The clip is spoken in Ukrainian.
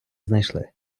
знайшли